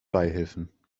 beihilfen